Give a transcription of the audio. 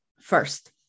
first